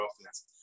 offense